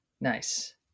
Nice